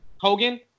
Hogan